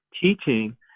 teaching